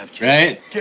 Right